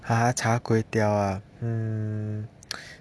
!huh! char kway teow ah hmm